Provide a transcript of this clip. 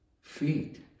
feet